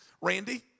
Randy